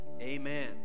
Amen